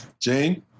Jane